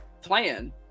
plan